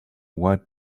white